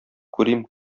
күрим